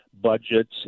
budgets